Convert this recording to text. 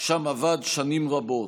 שם עבד שנים רבות.